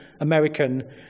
American